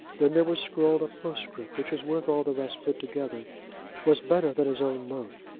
then there was scrawled a postscript which was worth all the rest put together was better than his own note,